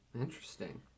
Interesting